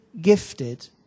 gifted